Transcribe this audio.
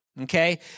okay